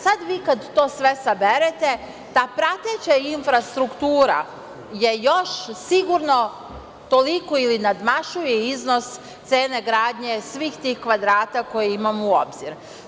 Sad vi kad sve saberete, ta prateća infrastruktura je još sigurno toliko ili nadmašuje iznos cene gradnje svih tih kvadrata koje imamo u obzir.